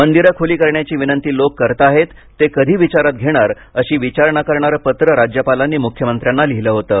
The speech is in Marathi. मंदिरं खुली करण्याची विनंती लोक करताहेत ते कधी विचारात घेणार अशी विचारणा करणारं पत्र राज्यपालांनी मुख्यमंत्र्यांना लिहीलं होतं